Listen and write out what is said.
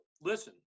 listen